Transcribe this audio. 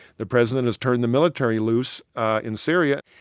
the president has turned the military loose in syria.